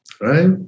right